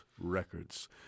Records